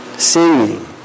singing